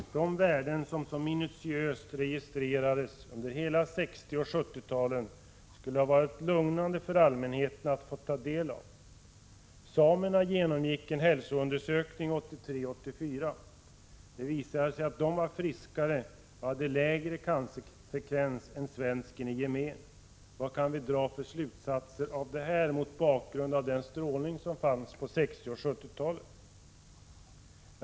De värden som så minutiöst registrerades under hela 1960 och 1970-talen skulle ha varit lugnande för allmänheten att få ta del av. Samerna genomgick en hälsoundersökning 1983-1984. Det visade sig att de var friskare och hade lägre cancerfrekvens än svensken i gemen. Vad kan vi dra för slutsatser av detta — mot bakgrund av den strålning som fanns på 1960 och 1970-talen?